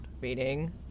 Meaning